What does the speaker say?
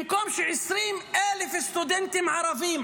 במקום ש-20,000 סטודנטים ערבים,